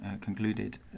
concluded